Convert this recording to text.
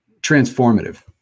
transformative